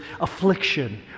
affliction